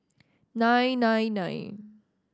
nine nine nine